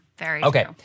Okay